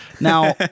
Now